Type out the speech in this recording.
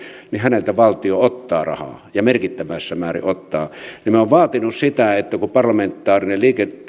häneltä valtio ottaa rahaa ja merkittävässä määrin ottaa minä olen vaatinut sitä kun parlamentaarinen